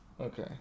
Okay